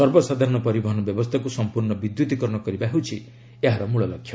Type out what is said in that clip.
ସର୍ବସାଧାରଣ ପରିବହନ ବ୍ୟବସ୍ଥାକୁ ସଂପୂର୍ଣ୍ଣ ବିଦ୍ୟୁତିକରଣ କରିବା ହେଉଛି ଏହରେ ମୂଳଲକ୍ଷ୍ୟ